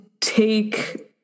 take